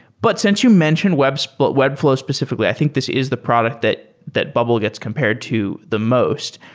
but since you mentioned webflow but webflow specifically, i think this is the product that that bubble gets compared to the most.